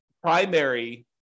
primary